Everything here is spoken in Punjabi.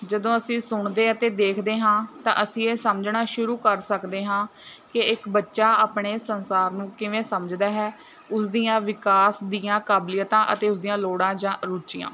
ਜਦੋਂ ਅਸੀਂ ਸੁਣਦੇ ਅਤੇ ਦੇਖਦੇ ਹਾਂ ਤਾਂ ਅਸੀਂ ਇਹ ਸਮਝਣਾ ਸ਼ੁਰੂ ਕਰ ਸਕਦੇ ਹਾਂ ਕਿ ਇੱਕ ਬੱਚਾ ਆਪਣੇ ਸੰਸਾਰ ਨੂੰ ਕਿਵੇਂ ਸਮਝਦਾ ਹੈ ਉਸ ਦੀਆਂ ਵਿਕਾਸ ਦੀਆਂ ਕਾਬਲੀਅਤਾਂ ਅਤੇ ਉਸ ਦੀਆਂ ਲੋੜਾਂ ਜਾਂ ਰੁਚੀਆਂ